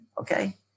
okay